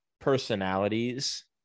personalities